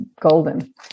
golden